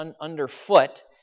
underfoot